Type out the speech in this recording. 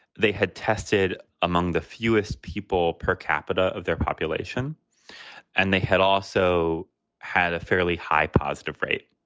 they had tested among the fewest people per capita of their population and they had also had a fairly high positive rate.